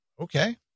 okay